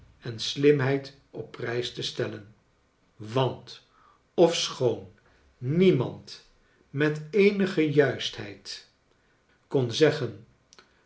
en slimheid op prijs te stellen want ofschoon niemand met eenige juistheid kon zeggen